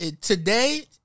Today